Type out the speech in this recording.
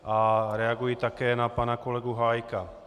A reaguji také na pana kolegu Hájka.